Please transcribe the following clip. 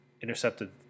intercepted